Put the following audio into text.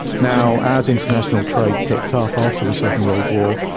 now as international trade picked up after the second world war,